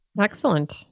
Excellent